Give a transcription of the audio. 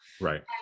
right